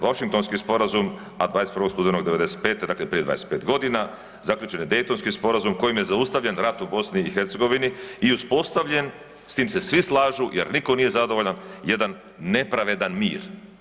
Washingtonski sporazum, a 21. studenog '95., dakle prije 25.g., zaključen je Daytonski sporazum kojim je zaustavljen rat u BiH i uspostavljen, s tim se svi slažu jer niko nije zadovoljan, jedan nepravedan mir.